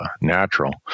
natural